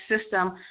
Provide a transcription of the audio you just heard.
system